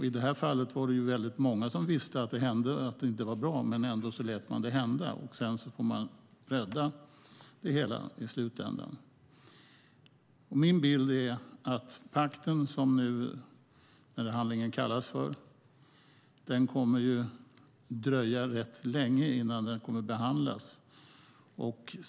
I det här fallet var det många som visste att det hände och att det inte var bra. Ändå lät man det hända, och sedan får man nu försöka rädda det hela i slutändan. Min bild är att det kommer att dröja rätt länge innan pakten, som den här handlingen kallas för, behandlas.